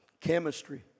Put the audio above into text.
chemistry